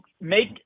make